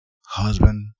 husband